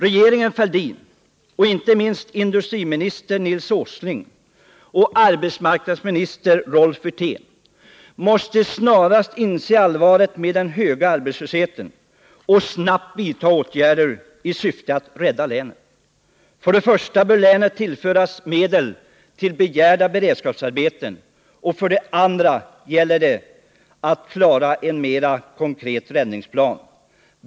Regeringen Fälldin, inte minst industriminister Nils Åsling och arbetsmarknadsminister Rolf Wirtén, måste snarast inse det allvarliga med den höga arbetslösheten och snabbt vidta åtgärder i syfte att rädda länet. För det första bör länet tillföras medel till begärda beredskapsarbeten, och för det andra gäller det att klara en mera konkret räddningsplan.